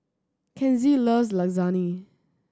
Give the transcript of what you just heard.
Kenzie loves Lasagne